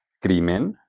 ¿Crimen